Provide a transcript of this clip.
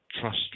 trust